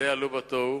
די עלו בתוהו.